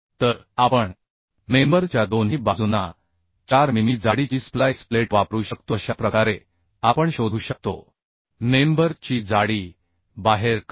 तर आपण मेंबर च्या दोन्ही बाजूंना 4 मिमी जाडीची स्प्लाइस प्लेट वापरू शकतोअशा प्रकारे आपण शोधू शकतो मेंबर ची जाडी बाहेर काढा